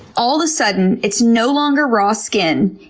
all of a sudden it's no longer raw skin.